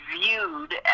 viewed